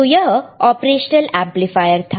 तो यह operational amplifier था